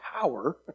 power